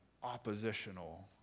oppositional